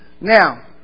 Now